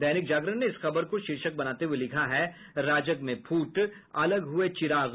दैनिक जागरण ने इस खबर को शीर्षक बनाते हुये लिखा है राजग में फूट अलग हुए चिराग